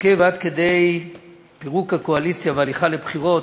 נוקב עד כדי פירוק הקואליציה והליכה לבחירות,